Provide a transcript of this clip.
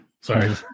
Sorry